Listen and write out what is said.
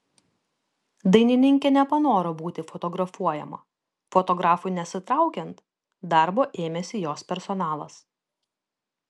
dainininkė nepanoro būti fotografuojama fotografui nesitraukiant darbo ėmėsi jos personalas